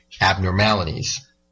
abnormalities